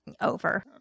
over